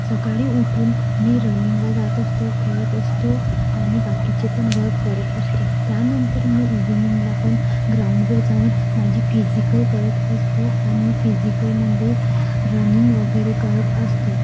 सकाळी उठून मी रनिंगला जात असतो खेळत असतो आणि बाकीचे पण वर्क करत असतो त्यानंतर मी इवनिंगला पण ग्राउंडवर जाऊन माझी फिजिकल करत असतो आणि फिजिकलमध्ये रनिंग वगैरे करत असतो